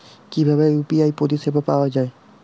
কিভাবে ইউ.পি.আই পরিসেবা পাওয়া য়ায়?